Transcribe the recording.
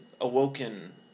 Awoken